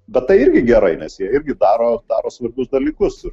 bet tai irgi gerai nes jie irgi daro daro svarbius dalykus